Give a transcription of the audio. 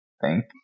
thank